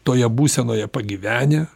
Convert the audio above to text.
toje būsenoje pagyvenę